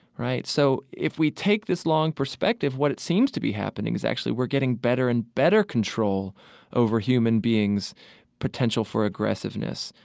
right? so if we take this long perspective, what seems to be happening is actually we're getting better and better control over human beings' potential for aggressiveness.